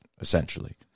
essentially